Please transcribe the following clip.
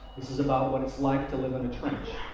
this is about what it's like to live in a trench.